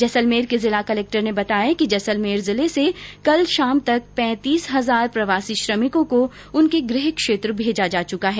जैसलमेर के जिला कलेक्टर ने बताया कि जिले से कल शाम तक पैंतीस हजार प्रवासी श्रमिकों को उनके गृह क्षेत्र भेजा जा चुका है